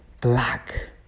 black